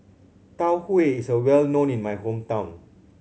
Tau Huay is well known in my hometown